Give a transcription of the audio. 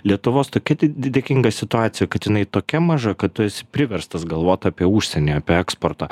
lietuvos tokia dė dėkinga situacija kad jinai tokia maža kad tu esi priverstas galvot apie užsienį eksportą